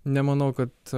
nemanau kad